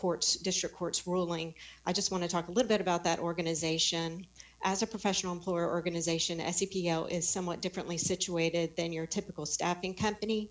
court district court's ruling i just want to talk a little bit about that organization as a professional employer organization s a p o is somewhat differently situated than your typical stepping company